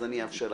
אז אאפשר לכם.